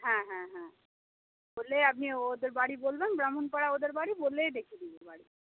হ্যাঁ হ্যাঁ হ্যাঁ বললেই আপনি ওদের বাড়ি বলবেন ব্রাহ্মণপাড়া ওদের বাড়ি বললেই দেখিয়ে দেবে বাড়ি